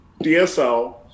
DSL